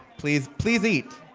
please please eat,